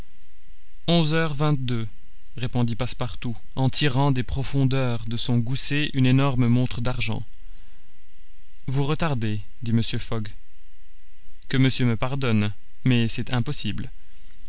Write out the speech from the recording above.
onze heures vingt-deux répondit passepartout en tirant des profondeurs de son gousset une énorme montre d'argent vous retardez dit mr fogg que monsieur me pardonne mais c'est impossible